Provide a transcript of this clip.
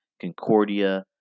Concordia